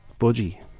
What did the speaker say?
budgie